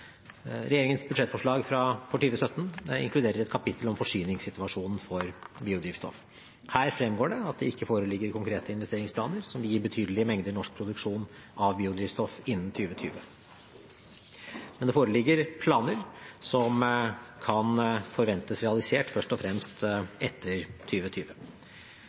Regjeringens budsjettforslag for 2017 inkluderer et kapittel om forsyningssituasjonen for biodrivstoff. Her fremgår det at det ikke foreligger konkrete investeringsplaner som vil gi betydelige mengder norsk produksjon av biodrivstoff innen 2020. Men det foreligger planer som kan forventes realisert først og fremst etter